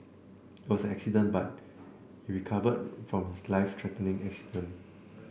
it was accident that he recovered from his life threatening accident